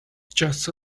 just